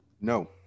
No